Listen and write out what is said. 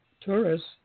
tourists